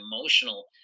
emotional